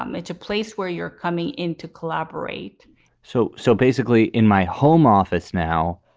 um it's a place where you're coming in to collaborate so. so basically in my home office now,